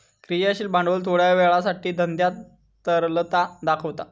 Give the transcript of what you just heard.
क्रियाशील भांडवल थोड्या वेळासाठी धंद्यात तरलता दाखवता